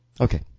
Okay